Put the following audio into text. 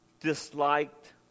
disliked